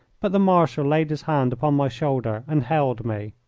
but the marshal laid his hand upon my shoulder and held me.